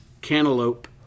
Cantaloupe